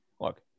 look